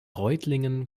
reutlingen